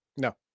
no